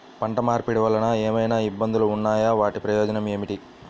పంట మార్పిడి వలన ఏమయినా ఇబ్బందులు ఉన్నాయా వాటి ప్రయోజనం ఏంటి?